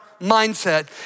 mindset